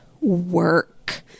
work